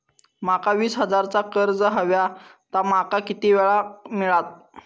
माका वीस हजार चा कर्ज हव्या ता माका किती वेळा क मिळात?